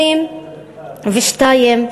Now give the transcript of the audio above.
22 דירות.